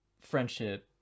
friendship